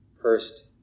first